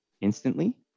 instantly